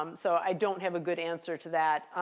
um so i don't have a good answer to that.